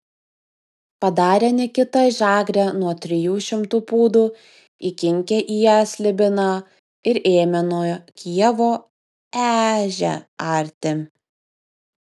padarė nikita žagrę nuo trijų šimtų pūdų įkinkė į ją slibiną ir ėmė nuo kijevo ežią arti